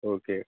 okay